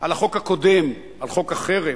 על החוק הקודם, על חוק החרם,